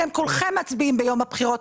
אתם כולכם מצביעים בבחירות.